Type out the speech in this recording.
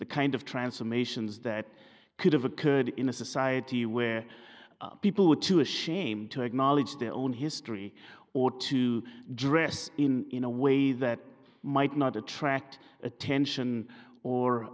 the kind of transformations that could have occurred in a society where people were too ashamed to acknowledge their own history or to dress in a way that might not attract attention or